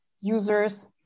users